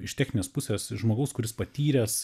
iš techninės pusės žmogaus kuris patyręs